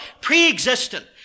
pre-existent